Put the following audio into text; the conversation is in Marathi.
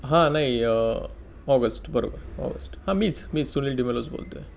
हां नाई ऑगस्ट बरोबर ऑगस्ट हां मीच मीच सुनील डिमेलोज बोलतो आहे